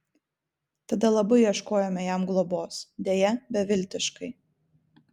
tada labai ieškojome jam globos deja beviltiškai